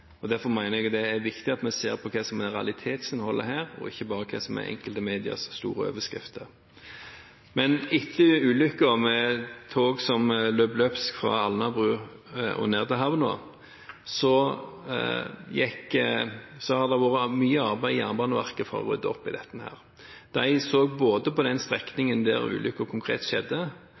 for. Derfor mener jeg det er viktig at vi ser på hva som er realitetsinnholdet her, og ikke bare enkelte mediers store overskrifter. Etter ulykken med toget som løp løpsk fra Alnabru og ned til havna, har det vært mye arbeid i Jernbaneverket for å rydde opp i dette. De både så på den strekningen der ulykken konkret skjedde,